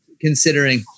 considering